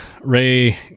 Ray